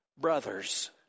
brothers